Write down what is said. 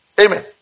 Amen